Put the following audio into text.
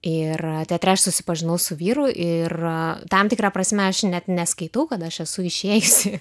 ir teatre aš susipažinau su vyru ir tam tikra prasme aš net neskaitau kad aš esu išėjusi